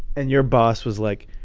and your boss was like,